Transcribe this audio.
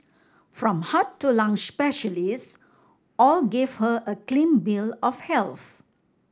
from heart to lung specialists all gave her a clean bill of health